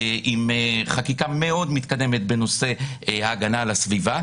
עם חקיקה מתקדמת מאוד בנושא ההגנה על הסביבה.